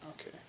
Okay